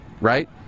right